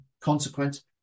consequence